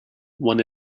one